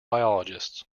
biologists